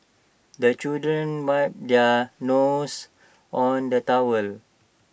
the children wipe their noses on the towel